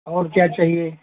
और क्या चाहिये